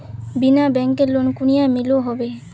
बिना बैंकेर लोन कुनियाँ मिलोहो होबे?